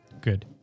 Good